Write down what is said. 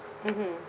mmhmm